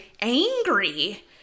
angry